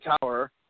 tower